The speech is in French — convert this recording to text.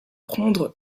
prendre